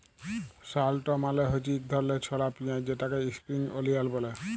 shallot মালে হছে ইক ধরলের ছলা পিয়াঁইজ যেটাকে ইস্প্রিং অলিয়াল ব্যলে